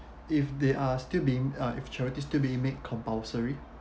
if they are still being uh if charities still being made compulsory